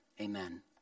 amen